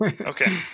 Okay